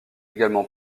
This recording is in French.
également